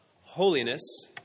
Holiness